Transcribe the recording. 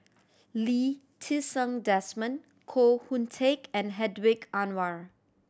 Lee Ti Seng Desmond Koh Hoon Teck and Hedwig Anuar